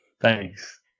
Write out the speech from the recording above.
Thanks